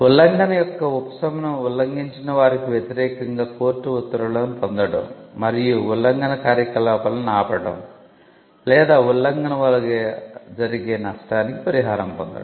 ఉల్లంఘన యొక్క ఉపశమనం ఉల్లంఘించినవారికి వ్యతిరేకంగా కోర్టు ఉత్తర్వులను పొందడం మరియు ఉల్లంఘన కార్యకలాపాలను ఆపడం లేదా ఉల్లంఘన వలన కలిగే నష్టానికి పరిహారం పొందడం